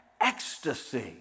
ecstasy